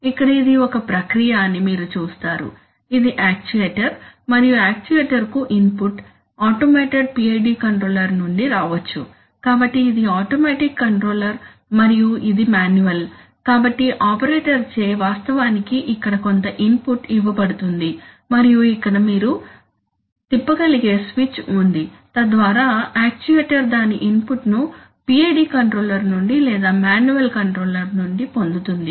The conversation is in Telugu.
ఇక్కడ ఇది ఒక ప్రక్రియ అని మీరు చూస్తారు ఇది యక్చుయేటర్ మరియు యక్చుయేటర్కు ఇన్పుట్ ఆటోమేటెడ్ PIDకంట్రోలర్ నుండి రావచ్చు కాబట్టి ఇది ఆటోమేటిక్ కంట్రోలర్ మరియు ఇది మాన్యువల్ కాబట్టి ఆపరేటర్ చే వాస్తవానికి ఇక్కడ కొంత ఇన్పుట్ ఇవ్వబడుతుంది మరియు ఇక్కడ మీరు తిప్పగలిగే స్విచ్ ఉంది తద్వారా యక్చుయేటర్ దాని ఇన్పుట్ను PID కంట్రోలర్ నుండి లేదా మాన్యువల్ కంట్రోలర్ నుండి పొందుతుంది